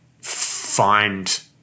find